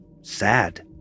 sad